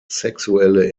sexuelle